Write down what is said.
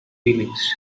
feelings